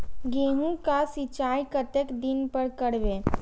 गेहूं का सीचाई कतेक दिन पर करबे?